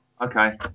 Okay